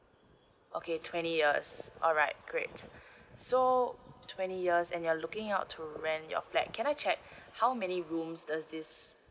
okay twenty years alright great so twenty years and you're looking out to rent your flat can I check how many rooms does this